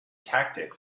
tactic